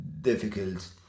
difficult